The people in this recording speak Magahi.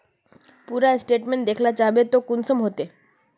पूरा स्टेटमेंट देखला चाहबे तो कुंसम होते?